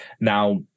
Now